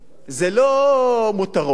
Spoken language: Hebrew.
אבל אנחנו אומרים שרכב זה לא מותרות,